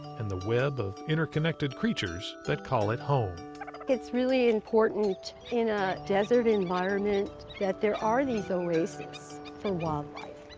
and the web of interconnected creatures that call it home. lois like it's really important in a desert environment that there are these oases for and wildlife.